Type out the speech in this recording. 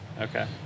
Okay